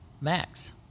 max